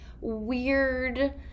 weird